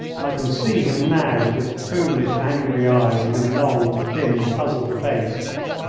i can see him now with his foolish, angry eyes and his long, thin, puzzled face.